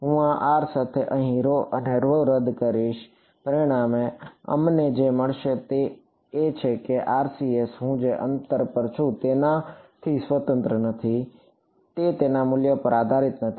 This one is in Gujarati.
હું આ r સાથે અહીં અને રદ કરીશ પરિણામે અમને જે મળશે તે એ છે કે RCS હું જે અંતર પર છું તેનાથી સ્વતંત્ર નથી તે તેના મૂલ્ય પર આધારિત નથી